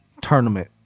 tournament